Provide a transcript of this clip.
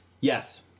Yes